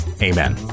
Amen